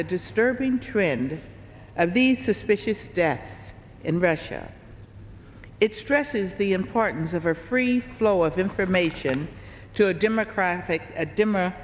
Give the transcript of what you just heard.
the disturbing trend of these suspicious deaths in russia it stresses the importance of a free flow of information to a democratic